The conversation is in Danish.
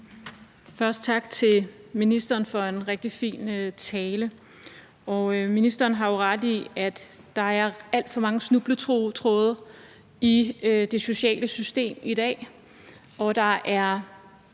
sige tak til ministeren for en rigtig fin tale. Ministeren har jo ret i, at der alt for mange snubletråde i det sociale system i dag,